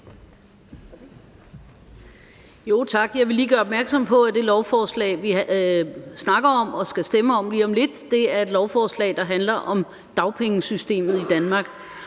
Tak. Jeg vil lige gøre opmærksom på, at det lovforslag, vi snakker om og skal stemme om lige om lidt, er et lovforslag, der handler om dagpengesystemet i Danmark.